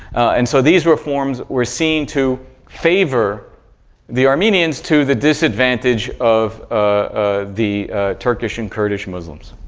and so, these reforms were seen to favor the armenians to the disadvantage of ah the turkish and kurdish muslims.